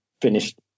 finished